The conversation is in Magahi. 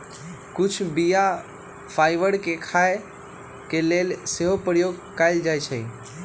कुछ बीया फाइबर के खाय के लेल सेहो प्रयोग कयल जाइ छइ